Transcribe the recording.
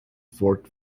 fort